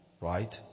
right